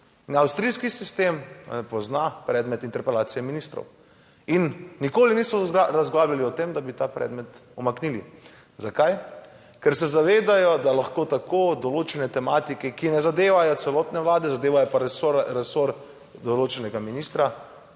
avstrijski sistem pozna predmet interpelacije ministrov in nikoli niso razglabljali o tem, da bi ta predmet umaknili. Zakaj? Ker se zavedajo, da lahko tako določene tematike, ki ne zadevajo celotne vlade, zadevajo pa resor določenega ministra,